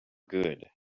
good